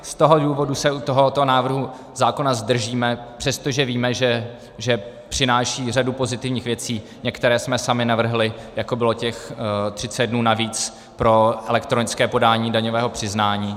Z toho důvodu se u tohoto návrhu zákona zdržíme, přestože víme, že přináší řadu pozitivních věcí, některé jsme sami navrhli, jako bylo těch 30 dnů navíc pro elektronické podání daňového přiznání.